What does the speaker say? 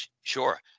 Sure